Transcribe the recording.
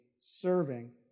serving